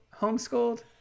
homeschooled